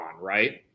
right